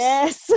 Yes